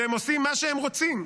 והם עושים מה שהם רוצים,